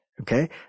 Okay